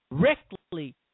directly